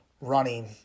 running